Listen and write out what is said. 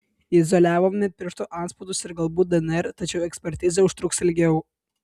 izoliavome pirštų atspaudus ir galbūt dnr tačiau ekspertizė užtruks ilgiau